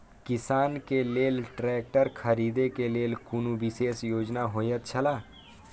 किसान के लेल ट्रैक्टर खरीदे के लेल कुनु विशेष योजना होयत छला?